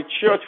church